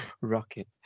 Rocket